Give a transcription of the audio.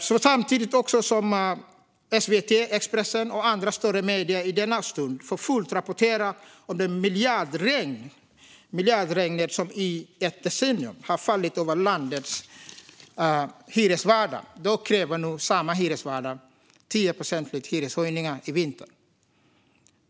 Samtidigt som SVT, Expressen och andra större medier i denna stund också för fullt rapporterar om det miljardregn som i ett decennium har fallit över landets hyresvärdar kräver nu samma hyresvärdar tioprocentiga hyreshöjningar i vinter.